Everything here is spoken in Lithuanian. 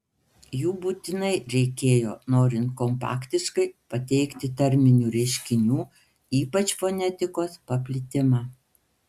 jų būtinai reikėjo norint kompaktiškai pateikti tarminių reiškinių ypač fonetikos paplitimą